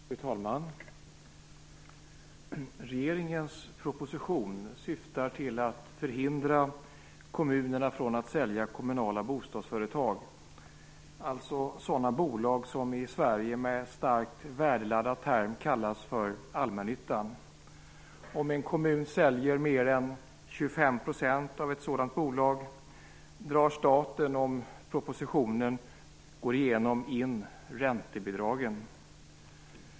Fru talman! Regeringens proposition syftar till att förhindra kommunerna från att sälja kommunala bostadsföretag, dvs. sådan bolag som i Sverige med en starkt värdeladdad term kallas för allmännyttan. Om en kommun säljer mer än 25 % av ett sådant bolag drar staten in räntebidragen, om propositionen går igenom.